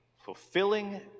fulfilling